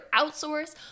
outsource